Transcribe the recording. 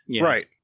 right